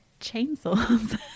chainsaws